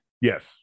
Yes